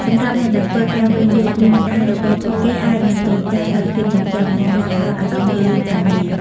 សម្រាប់អ្នកដែលធ្វើការវេនយប់ រាងកាយរបស់ពួកគេអាចនឹងត្រូវការសារធាតុចិញ្ចឹម និងការផ្តោតអារម្មណ៍លើការងារ។